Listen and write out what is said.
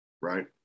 right